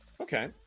okay